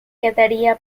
quedaría